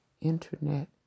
internet